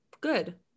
Good